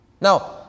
Now